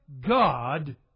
God